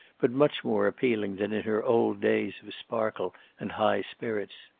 but much more appealing than in her old days of sparkle and high spirits.